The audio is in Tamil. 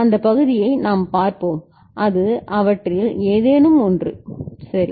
அந்த பகுதியை நாம் பார்ப்போம் அது அவற்றில் ஏதேனும் ஒன்று சரி